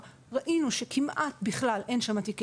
שראינו שכבר כמעט בכלל אין שם כתבי